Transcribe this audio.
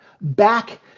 back